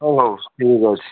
ହଉ ହଉ ଠିକ୍ ଅଛି